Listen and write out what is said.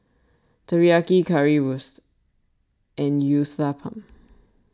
Teriyaki Currywurst and Uthapam